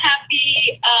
happy